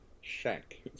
Shank